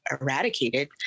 eradicated